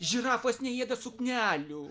žirafos neėda suknelių